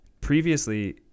previously